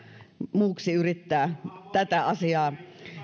muuksi yrittää tätä asiaa